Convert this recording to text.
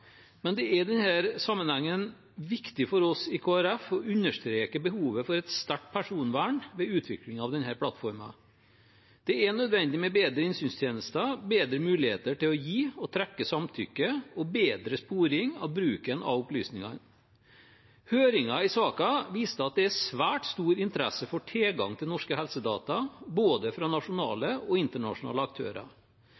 men det er i denne sammenhengen viktig for oss i Kristelig Folkeparti å understreke behovet for et sterkt personvern ved utvikling av denne plattformen. Det er nødvendig med bedre innsynstjenester, bedre muligheter til å gi og trekke samtykke og bedre sporing av bruken av opplysninger. Høringen i saken viste at det er svært stor interesse for tilgang til norske helsedata, både fra nasjonale